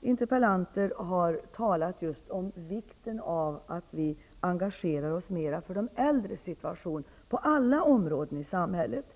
interpellanter också har talat om just vikten av att vi engagerar oss mer för de äldres situation på alla områden i samhället.